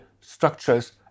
structures